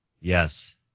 Yes